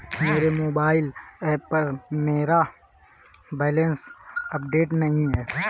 मेरे mobile app पर मेरा बैलेंस अपडेट नहीं है